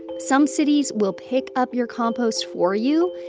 some cities will pick up your compost for you,